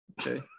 Okay